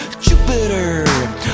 Jupiter